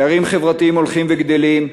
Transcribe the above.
פערים חברתיים הולכים וגדלים,